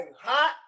hot